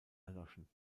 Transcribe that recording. erloschen